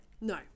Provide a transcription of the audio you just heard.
No